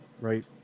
right